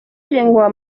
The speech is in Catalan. llengua